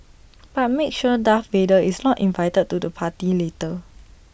but make sure Darth Vader is not invited to the party later